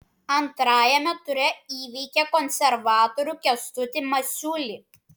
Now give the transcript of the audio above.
antrajame ture įveikė konservatorių kęstutį masiulį